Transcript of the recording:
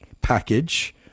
package